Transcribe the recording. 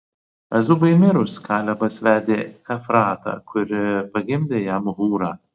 azubai mirus kalebas vedė efratą kuri pagimdė jam hūrą